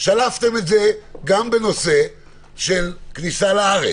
שלפתם את זה גם בנושא של כניסה לארץ,